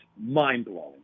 mind-blowing